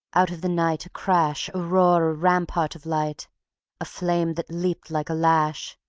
out of the night a crash, a roar, a rampart of light a flame that leaped like a lash,